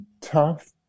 tough